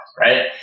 right